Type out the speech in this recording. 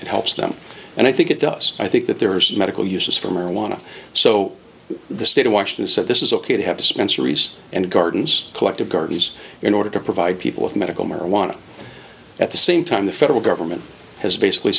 it helps them and i think it does i think that there are medical uses for marijuana so the state of washington said this is ok to have to spend sarees and gardens collective gardens in order to provide people with medical marijuana at the same time the federal government has basically